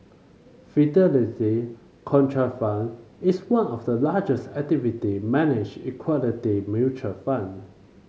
Fidelity Contrafund is one of the largest activity managed equality mutual fund